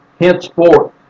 Henceforth